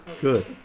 Good